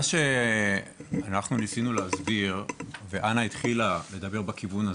מה שאנחנו ניסינו להסביר ואנה גם התחילה לדבר בכיוון הזה,